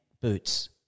Boots